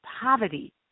poverty